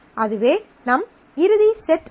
அதுவே நம் இறுதி செட் ஆகும்